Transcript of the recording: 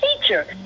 Teacher